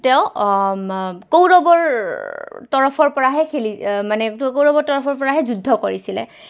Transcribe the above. তেওঁ কৌৰৱৰ তৰফৰপৰাহে খেলি মানে কৌৰৱৰ তৰফৰ পৰাহে যুদ্ধ কৰিছিলে